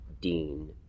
Dean